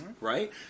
right